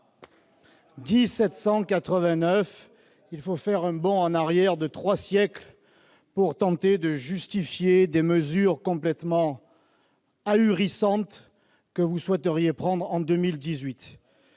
nous faites faire un bond en arrière de trois siècles pour tenter de justifier les mesures complètement ahurissantes que vous souhaiteriez prendre en 2018